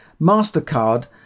mastercard